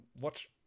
watch